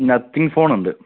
nothing ഫോണുണ്ട്